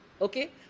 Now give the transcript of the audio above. Okay